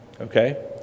okay